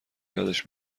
یادش